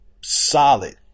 Solid